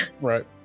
Right